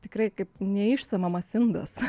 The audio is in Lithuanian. tikrai kaip neišsemiamas indas